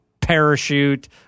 parachute